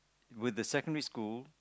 with the secondary school